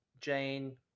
Jane